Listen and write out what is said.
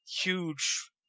huge